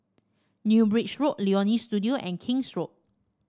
New Bridge Road Leonie Studio and King's Road